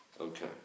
Okay